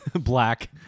Black